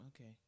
Okay